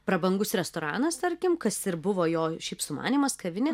prabangus restoranas tarkim kas ir buvo jo šiaip sumanymas kavinė